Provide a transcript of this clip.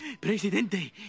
Presidente